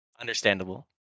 Understandable